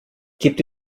gibt